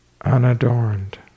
Unadorned